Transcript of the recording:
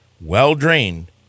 well-drained